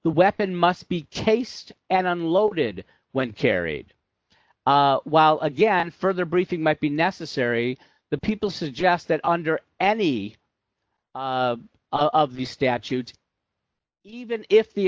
the weapon must be cased and unloaded when carried while again further briefing might be necessary the people suggest that under any of the statute even if the